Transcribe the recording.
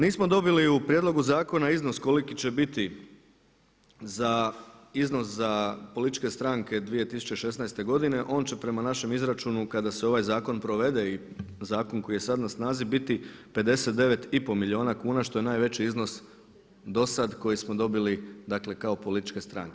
Nismo dobili u prijedlogu zakona iznos koliki će biti za političke stranke 2016. godine, on će prema našem izračunu kada se ovaj zakon provede i zakon koji je sada na snazi biti 59,5 milijuna kuna što je najveći iznos do sada koji smo dobili kao politička stranka.